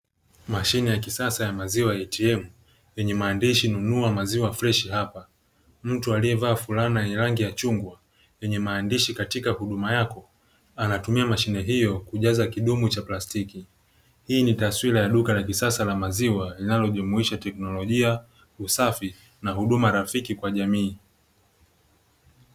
Mashine ya kisasa ya maziwa "ATM" yenye maandishi nunua maziwa freshi hapa. Mtu aliyevaa fulana yenye rangi ya chungwa yenye maandishi "katika huduma yako" anatumia mashine hiyo kujaza kidumu cha plastiki. Hii ni taswira ya duka la kisasa la maziwa linalojumuisha teknolojia, usafi, na huduma rafiki kwa jamii.